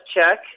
check